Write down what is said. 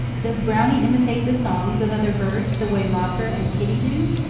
does brownie imitate the songs of other birds the way mocker and kitty do?